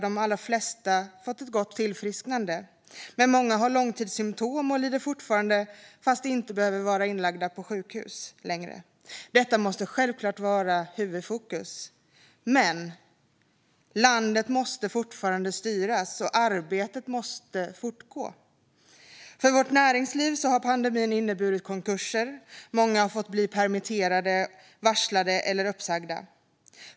De allra flesta har fått ett gott tillfrisknande, men många har långtidssymtom och lider fortfarande fast de inte längre behöver vara inlagda på sjukhus. Detta måste förstås vara huvudfokus. Men landet måste fortfarande styras, och arbetet måste fortgå. För vårt näringsliv har pandemin inneburit konkurser. Många har blivit permitterade, varslade eller uppsagda.